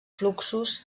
fluxos